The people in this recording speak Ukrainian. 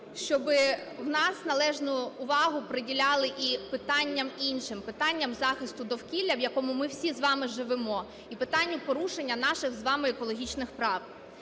щоби в нас належну увагу приділяли і питанням іншим – питанням захисту довкілля, в якому ми всі з вами живемо, і питанню порушення наших з вами екологічних прав.